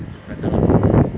is better lah